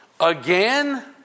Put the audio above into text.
Again